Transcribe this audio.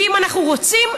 ואם אנחנו רוצים,